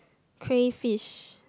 crayfish